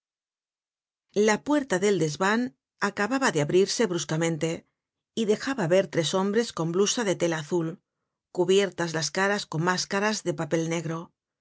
la puerta del desvan acababa de abrirse bruscamente y dejaba ver tres nombres con blusas de tela azul cubiertas las caras con máscaras de papel negro